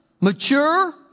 mature